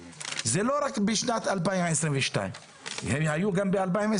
זה לא רק בשנת 2022. הם היו גם ב-2021.